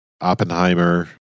Oppenheimer